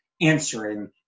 answering